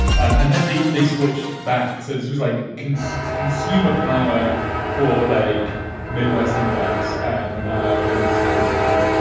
and then they they switched back. so this was like consumer consumer power for like midwestern dykes. and um it was kind of beautiful.